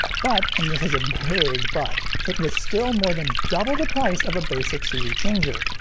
but, and this is a big but, it was still more than double the price of a basic cd changer.